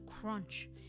crunch